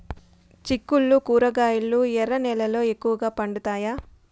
చిక్కుళ్లు కూరగాయలు ఎర్ర నేలల్లో ఎక్కువగా పండుతాయా